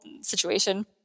situation